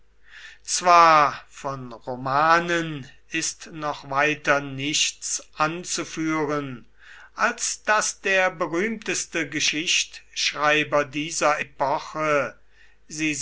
zwar von romanen ist noch weiter nichts anzuführen als daß der berühmteste geschichtschreiber dieser epoche